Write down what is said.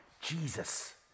Jesus